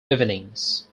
evenings